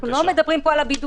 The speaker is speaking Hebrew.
אנחנו לא מדברים פה על בידוד.